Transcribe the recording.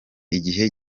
igihe